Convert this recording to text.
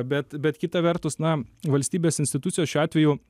bet bet kita vertus na valstybės institucijos šiuo atveju